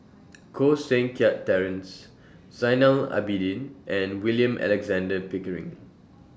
Koh Seng Kiat Terence Zainal Abidin and William Alexander Pickering